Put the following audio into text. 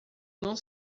não